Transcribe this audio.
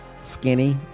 skinny